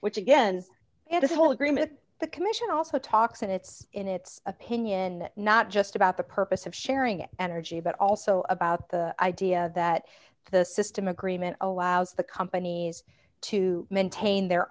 which again this whole agreement the commission also talks and it's in its opinion not just about the purpose of sharing it energy but also about the idea that the system agreement allows the companies to maintain their